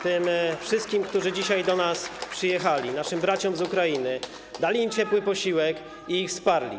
tym wszystkim, którzy do nas przyjechali, naszym braciom z Ukrainy, dali im ciepły posiłek i ich wsparli.